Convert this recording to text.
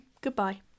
goodbye